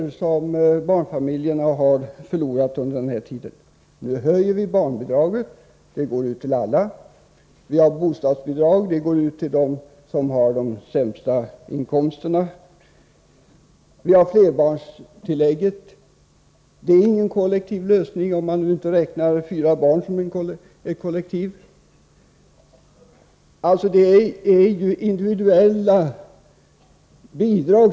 Vad barnfamiljerna förlorat under den tiden uppgår till höga procenttal. Nu höjer vi barnbidraget, som utgår för alla barn. Dessutom har vi bostadsbidraget, som de som har de sämsta inkomsterna får. Vi har även flerbarnstillägget. Det är ingen kollektiv lösning — såvitt man inte räknar fyra barn som ett kollektiv. Det är alltså fråga om individuella bidrag.